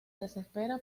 desespera